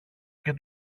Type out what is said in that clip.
και